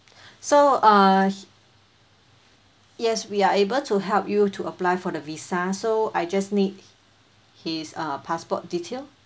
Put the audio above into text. so uh yes we are able to help you to apply for the visa so I just need h~ his uh passport details